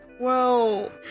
Whoa